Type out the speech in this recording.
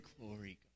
glory